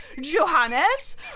Johannes